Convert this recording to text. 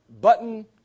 Button